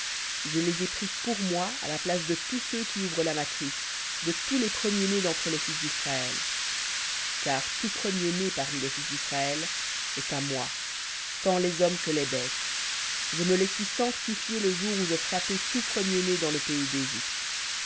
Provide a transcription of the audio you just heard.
je les ai pris pour moi à la place de tous ceux qui ouvrent la matrice de tous les premiers-nés d'entre les fils disraël car tout premier-né parmi les fils d'israël est à moi tant les hommes que les bêtes je me les suis sanctifiés le jour où je frappai tout premier-né dans le pays d'égypte